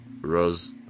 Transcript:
rose